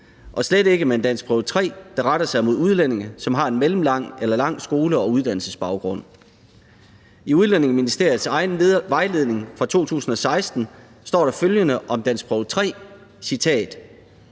og slet ikke med en danskprøve 3, der retter sig mod udlændinge, som har en mellemlang eller lang skole- og uddannelsesbaggrund. I Udlændinge- og Integrationsministeriet egen vejledning fra 2016 står der følgende om danskprøve 3: